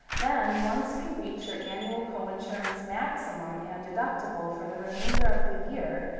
then once you reach your annual coinsurance maximum and deductible, for the remainder of the year,